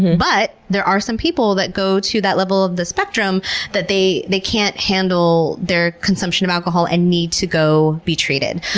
but there are some people that go to that level of the spectrum where they they can't handle their consumption of alcohol and need to go be treated.